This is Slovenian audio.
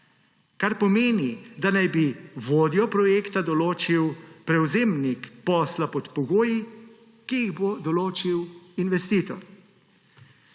kar pomeni, da naj bi vodjo projekta določil prevzemnik posla pod pogoji, ki jih bo določil investitor.